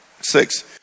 six